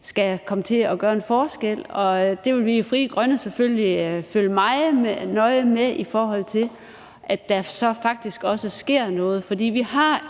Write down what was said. skal komme til at gøre en forskel. Det vil vi i Frie Grønne selvfølgelig følge meget nøje med i, i forhold til at der så faktisk også sker noget.